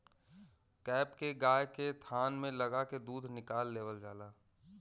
cap के गाय के थान में लगा के दूध निकाल लेवल जाला